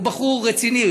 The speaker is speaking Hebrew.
הוא בחור רציני.